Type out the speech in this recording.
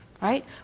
Right